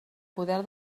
poder